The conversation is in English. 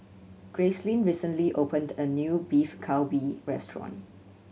Gracelyn recently opened a new Beef Galbi Restaurant